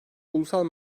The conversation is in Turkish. ulusal